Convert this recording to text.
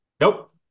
Nope